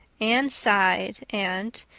anne sighed and,